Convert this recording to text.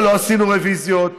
אבל לא עשינו רוויזיות.